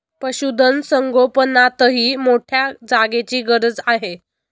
पशुधन संगोपनातही मोठ्या जागेची गरज आहे